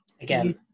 Again